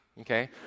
okay